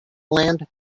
land